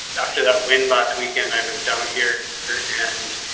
after that win last weekend, i was down here here and